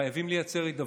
חייבים לייצר הידברות.